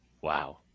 Wow